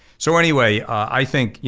so anyway, i think you